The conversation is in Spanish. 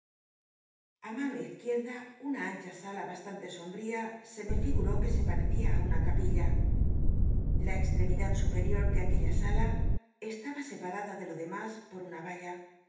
a mano izq uicda u ll l ancha sala bastante sombl'ia se me figuró que se parecia ü um capilla la extremidad supeio de aquella sala estaba sepmada de lo demas por una alla